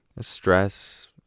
stress